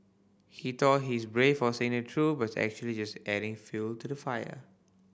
he thought he's brave for saying truth but actually just adding fuel to the fire